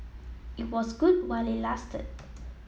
it was good while it lasted